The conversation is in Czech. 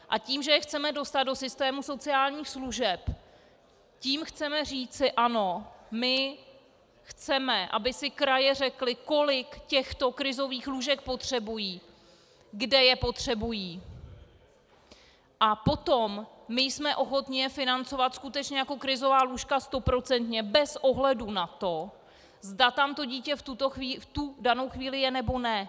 A tím, že je chceme dostat do systému sociálních služeb, tím chceme říci: ano, my chceme, aby si kraje řekly, kolik těchto krizových lůžek potřebují, kde je potřebují, a potom jsme ochotni je financovat skutečně jako krizová lůžka stoprocentně bez ohledu na to, zda tam dítě v tu danou chvíli je, nebo ne.